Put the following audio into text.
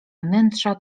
wnętrza